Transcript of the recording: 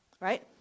right